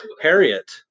harriet